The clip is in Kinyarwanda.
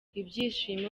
ibyishimo